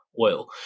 oil